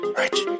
rich